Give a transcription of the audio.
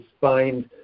find